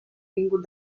vingut